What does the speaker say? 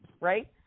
right